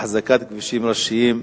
אחזקת כבישים ראשיים.